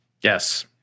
yes